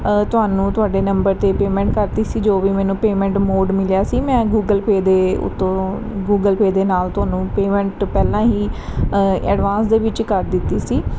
ਤੁਹਾਨੂੰ ਤੁਹਾਡੇ ਨੰਬਰ 'ਤੇ ਪੇਮੈਂਟ ਕਰਤੀ ਸੀ ਜੋ ਵੀ ਮੈਨੂੰ ਪੇਮੈਂਟ ਮੋਡ ਮਿਲਿਆ ਸੀ ਮੈਂ ਗੂਗਲ ਪੇ ਦੇ ਉੱਤੋਂ ਗੂਗਲ ਪੇ ਦੇ ਨਾਲ ਤੁਹਾਨੂੰ ਪੇਮੈਂਟ ਪਹਿਲਾਂ ਹੀ ਐਡਵਾਂਸ ਦੇ ਵਿੱਚ ਕਰ ਦਿੱਤੀ ਸੀ